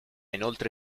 inoltre